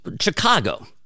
Chicago